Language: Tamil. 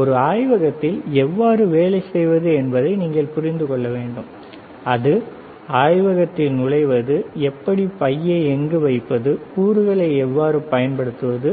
ஒரு ஆய்வகத்தில் எவ்வாறு வேலை செய்வது என்பதை நீங்கள் புரிந்து கொள்ள வேண்டும் அது ஆய்வகத்திற்குள் நுழைவது எப்படி பையை எங்கு வைப்பது கூறுகளை எவ்வாறு பயன்படுத்துவது